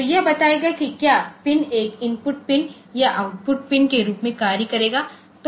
तो यह बताएगा कि क्या पिन एक इनपुट पिन या आउटपुट पिन के रूप में कार्य करेगा